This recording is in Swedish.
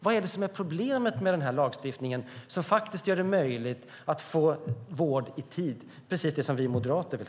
Vad är problemet med den här lagstiftningen som faktiskt gör det möjligt att få vård i tid, alltså precis det som vi moderater vill?